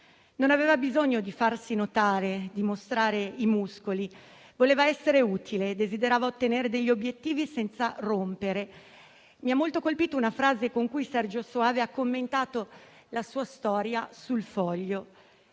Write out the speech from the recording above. Non aveva bisogno di farsi notare, di mostrare i muscoli; voleva essere utile e desiderava ottenere degli obiettivi senza rompere. Mi ha molto colpito una frase con cui Sergio Soave ha commentato la sua storia su "Il Foglio":